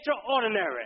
extraordinary